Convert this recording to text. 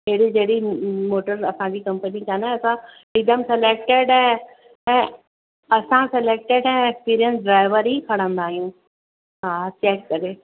अहिड़ी जहिड़ी मोटर असांजी कंपनी कान आहे असां हिकदमि सिलेक्टेड ऐं ऐं असां सिलेक्टेड ऐं सीरियस ड्राइवर ई खणंदा आहियूं हा चैक करे